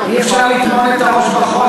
אי-אפשר לטמון את הראש בחול,